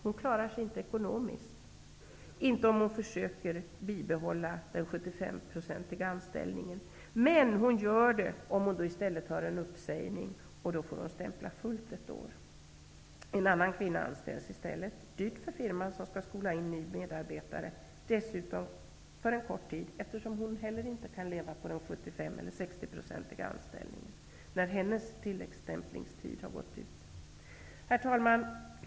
Hon klarar sig inte ekonomiskt -- inte ens om hon försöker bibehålla den 75-procentiga anställningen. Men hon klarar sig om hon då i stället tar emot en uppsägning. Då får hon stämpla fullt ett år. En annan kvinna anställs i stället. Det blir dyrt för firman som skall skola in en ny medarbetare. Dessutom blir det för en kort tid, eftersom inte heller den nya medarbetaren kan leva på 60--75 % Herr talman!